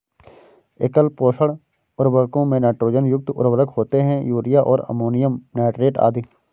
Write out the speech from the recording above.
एकल पोषक उर्वरकों में नाइट्रोजन युक्त उर्वरक होते है, यूरिया और अमोनियम नाइट्रेट आदि